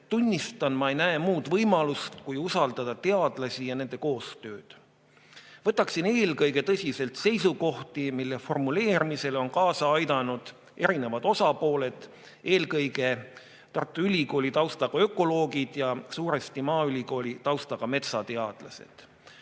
tunnistan, et ma ei näe muud võimalust, kui usaldada teadlasi ja nende koostööd. Võtaksin eelkõige tõsiselt seisukohti, mille formuleerimisele on kaasa aidanud erinevad osapooled, eelkõige Tartu Ülikooli taustaga ökoloogid ja suuresti maaülikooli taustaga metsateadlased.